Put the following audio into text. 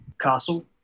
castle